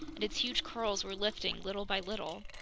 and its huge curls were lifting little by little.